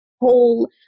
whole